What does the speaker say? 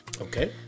Okay